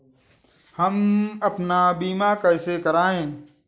हम अपना बीमा कैसे कराए?